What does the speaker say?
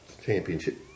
championship